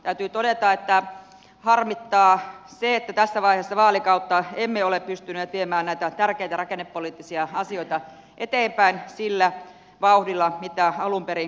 täytyy todeta että harmittaa se että tässä vaiheessa vaalikautta emme ole pystyneet viemään näitä tärkeitä rakennepoliittisia asioita eteenpäin sillä vauhdilla kuin alun perin kuvittelimme